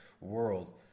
world